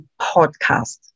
podcast